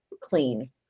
clean